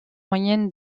moyenne